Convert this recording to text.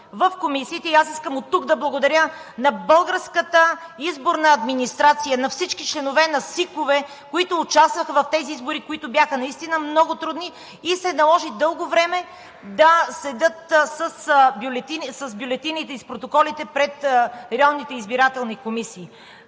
в комисиите. И искам оттук да благодаря на българската изборна администрация, на всички членове на СИК-ове, които участваха в тези избори. Те бяха наистина много трудни и се наложи дълго време да седят с бюлетините и с протоколите пред районните избирателни комисии.